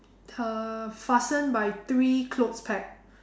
err fasten by three clothes peg